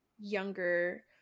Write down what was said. younger